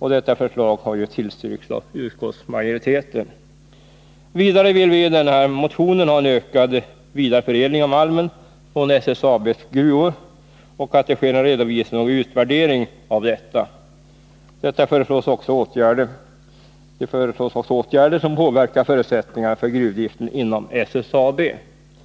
Detta förslag tillstyrker utskottsmajoriteten. Vidare vill vi enligt yrkande i denna motion ha en ökad vidareförädling av malmen från SSAB:s gruvor och en redovisning och utvärdering härav. I motionen föreslås också åtgärder som påverkar förutsättningarna för gruvdriften inom SSAB.